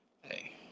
Hey